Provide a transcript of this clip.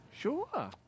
Sure